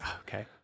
Okay